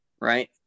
Right